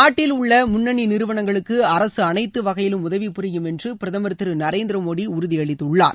நாட்டில் உள்ள முன்னணி நிறுவனங்களுக்கு அரசு அனைத்து வகையிலும் உதவி புரியும் என்று பிரதமர் திரு நரேந்திர மோடி உறுதி அளித்துள்ளார்